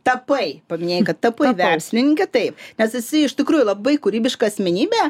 tapai paminėjai kad tapai verslininke taip nes esi iš tikrųjų labai kūrybiška asmenybė